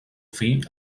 fill